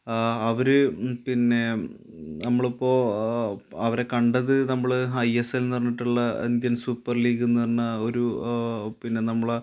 അവര് പിന്നെ നമ്മളിപ്പോള് അവരെ കണ്ടത് നമ്മള് ഹൈയെസൽന്ന് പറഞ്ഞിട്ടുള്ള ഇന്ത്യൻ സൂപ്പർ ലീഗ് എന്നു പറഞ്ഞാല് ഒരു പിന്നെ നമ്മളെ